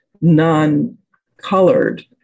non-colored